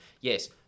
Yes